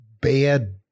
bad